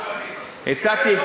הצעתי,